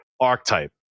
archetype